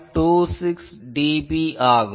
26dB ஆகும்